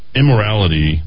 immorality